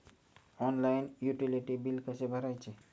Online utility बिले कसे भरायचे?